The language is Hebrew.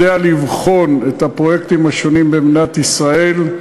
יודע לבחון את הפרויקטים השונים במדינת ישראל,